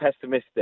pessimistic